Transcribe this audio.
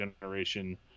generation